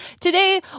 today